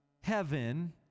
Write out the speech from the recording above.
heaven